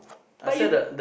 but you